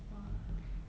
!wah!